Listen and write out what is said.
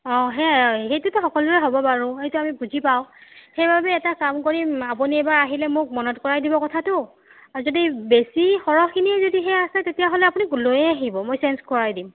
অঁ সেয়াই আৰু সেইটোতো সকলোৰে হ'ব বাৰু এইটো আমি বুজি পাওঁ সেইবাবে এটা কাম কৰিম আপুনি এবাৰ আহিলে মোক মনত কৰাই দিব কথাটো আৰু যদি বেছি সৰহখিনিয়ে যদি সেই আছে তেতিয়াহ'লে আপুনি লৈয়ে আহিব মই চেঞ্জ কৰাই দিম